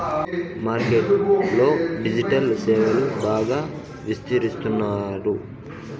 market లో digital సేవలు బాగా విస్తరిస్తున్నారు